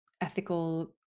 ethical